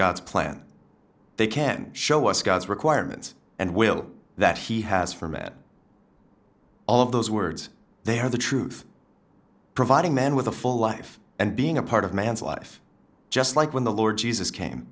god's plan they can show us god's requirements and will that he has for matt all of those words they are the truth providing man with a full life and being a part of man's life just like when the lord jesus came